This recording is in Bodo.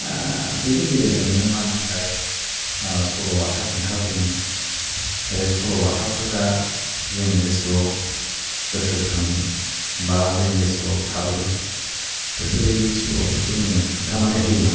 बेनि गेजेरजोंनो मा होनोमोनलाय सल'बाथा खोन्थाबोयोमोन बे सल'बाथाफोरा जोंनि गोसोआव गोसोखाङो बा जोंनि गोसोआव थाबोदों बेफोरबादि सल'फोरखौ जोंनो खोन्थानानै होयोमोन